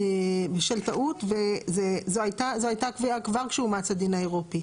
בשל טעות וזאת הייתה קביעה כבר כשאומץ הדין האירופי.